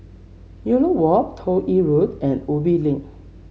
Elliot Walk Toh Yi Road and Ubi Link